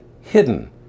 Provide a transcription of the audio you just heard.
hidden